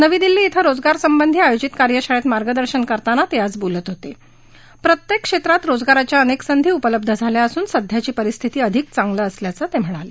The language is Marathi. नवी दिल्ली कार्यशाळेत मार्गदर्शन करताना ते आज बोलत होते प्रत्येक क्षेत्रात रोजगाराच्या अनेक संधी उपलब्ध झाल्या असून सध्याची परिस्थिती अधिक चांगली असल्याचं ते म्हणाले